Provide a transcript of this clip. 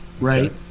right